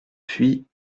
puits